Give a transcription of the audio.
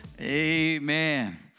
Amen